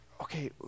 okay